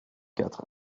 quatre